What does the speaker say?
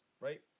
right